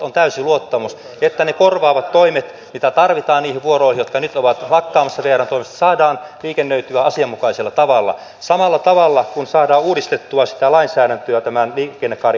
on täysi luottamus että ne korvaavat toimet mitä tarvitaan niihin vuoroihin jotka nyt ovat lakkaamassa vrn toimesta saadaan liikennöityä asianmukaisella tavalla samalla tavalla kuin saadaan uudistettua sitä lainsäädäntöä tämän liikennekaarihankkeen muodossa